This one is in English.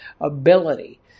ability